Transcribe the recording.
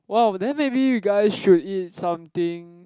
wow then maybe you guys should eat something